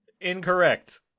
Incorrect